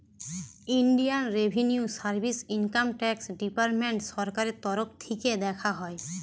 Indian revenue service income tax department সরকারের তরফ থিকে দেখা হয়